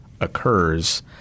occurs